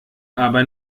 aber